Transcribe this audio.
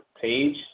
page